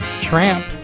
Tramp